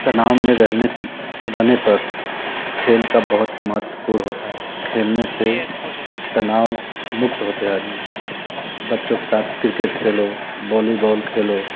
तनाव में रहने के रहने पर खेल का बहुत महत्वपूर्ण होता है खेलने से तनाव मुक्त होते हैं बच्चों के साथ क्रिकेट खेलो वॉलीवाल खेलो